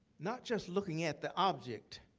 not just looking at the object,